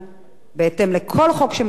בהתאם לכל חוק שמתקבל,